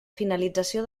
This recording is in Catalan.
finalització